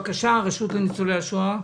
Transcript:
בבקשה, הרשות לניצולי השואה.